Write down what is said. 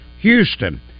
Houston